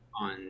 on